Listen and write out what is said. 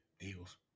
Eagles